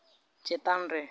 ᱪᱮᱛᱟᱱ ᱨᱮ